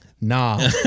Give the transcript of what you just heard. nah